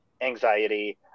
anxiety